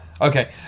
Okay